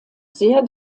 sehr